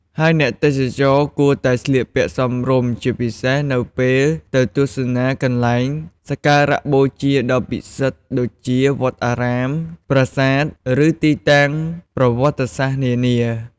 ហើយអ្នកទេសចរគួរតែ ស្លៀកពាក់សមរម្យ ជាពិសេសនៅពេលទៅទស្សនាកន្លែងសក្ការបូជាដ៏ពិសិដ្ឋដូចជា វត្តអារាម ប្រាសាទ ឬទីតាំងប្រវត្តិសាស្ត្រនានា។